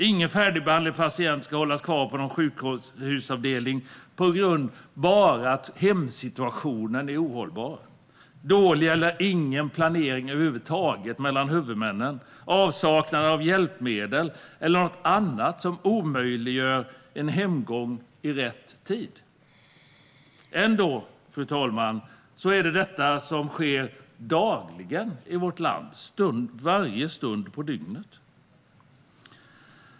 Ingen färdigbehandlad patient ska hållas kvar på en sjukhusavdelning bara på grund av att hemsituationen är ohållbar, på grund av dålig eller ingen planering över huvud taget mellan huvudmännen, avsaknad av hjälpmedel eller något annat som omöjliggör hemgång i rätt tid. Ändå, fru talman, sker detta dagligen i vårt land varje stund på dygnet.